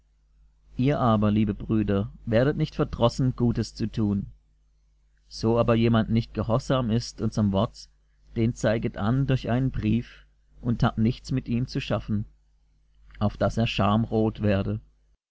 ihr aber liebe brüder werdet nicht verdrossen gutes zu tun so aber jemand nicht gehorsam ist unserm wort den zeigt an durch einen brief und habt nichts mit ihm zu schaffen auf daß er schamrot werde